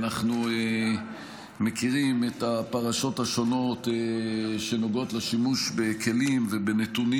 אנחנו מכירים את הפרשות השונות שנוגעות לשימוש בכלים ובנתונים